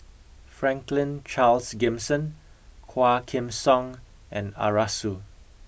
Franklin Charles Gimson Quah Kim Song and Arasu